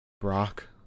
Brock